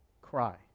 cry